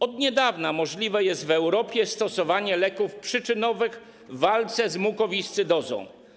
Od niedawna możliwe jest w Europie stosowanie leków przyczynowych w walce z mukowiscydozą.